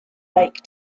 lake